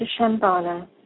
Shambhala